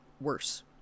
worse